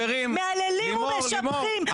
מהללים ומשבחים,